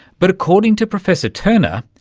but according to professor turner,